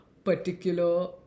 particular